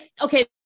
okay